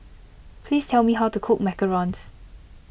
please tell me how to cook Macarons